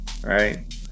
right